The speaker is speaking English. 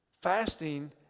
Fasting